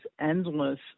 endless